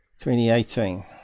2018